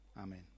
Amen